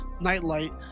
nightlight